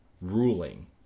ruling